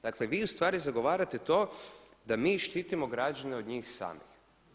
Dakle vi ustvari zagovarate to da mi štitimo građane od njih samih.